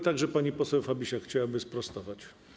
Także pani poseł Fabisiak chciałaby sprostować.